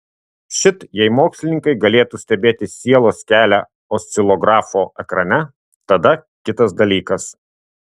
šit jei mokslininkai galėtų stebėti sielos kelią oscilografo ekrane tada kitas dalykas